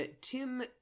Tim